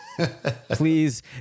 please